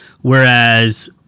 Whereas